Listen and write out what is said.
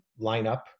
lineup